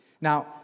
Now